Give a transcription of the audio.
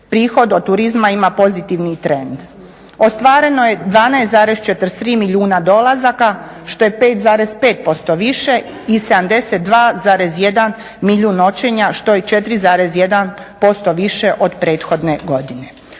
prihod od turizma ima pozitivni trend. Ostvareno je 12,43 milijuna dolazaka što je 5,5% više i 72,1 milijun noćenja što je 4,1% više od prethodne godine.